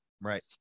Right